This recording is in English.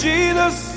Jesus